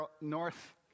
North